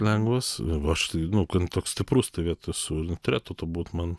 lengvas aš tai nu gan toks stiprus toj vietoj esu ir neturėtų to būt man